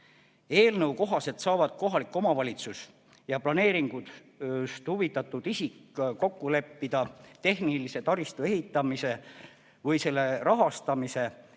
Eelnõu kohaselt saavad kohalik omavalitsus ja planeeringust huvitatud isik kokku leppida tehnilise taristu ehitamise või selle rahastamise